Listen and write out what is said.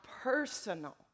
personal